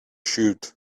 shoot